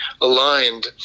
aligned